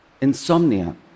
Insomnia